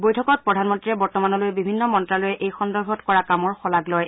বৈঠকত প্ৰধানমন্ত্ৰীয়ে বৰ্তমানলৈ বিভিন্ন মন্ত্ৰালয়ে এই সন্দৰ্ভত কৰা কামৰ শলাগ লয়